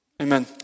Amen